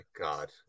god